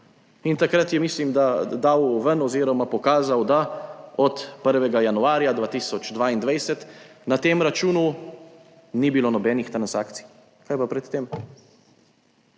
In takrat je, mislim, da dal ven oziroma pokazal, da od 1. januarja 2022 na tem računu ni bilo nobenih transakcij. Kaj pa pred tem?